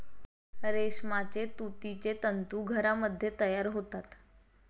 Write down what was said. रेशमाचे तुतीचे तंतू घरामध्ये तयार होतात